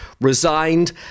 resigned